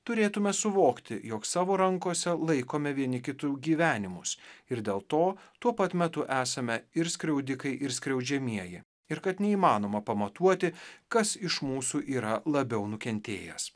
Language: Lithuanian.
turėtumėme suvokti jog savo rankose laikome vieni kitų gyvenimus ir dėl to tuo pat metu esame ir skriaudikai ir skriaudžiamieji ir kad neįmanoma pamatuoti kas iš mūsų yra labiau nukentėjęs